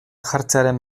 jartzearen